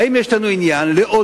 האם יש לנו עניין לעודד